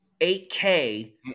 8K